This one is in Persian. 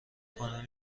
کنم